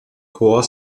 chor